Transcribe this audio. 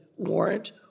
warrant